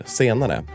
senare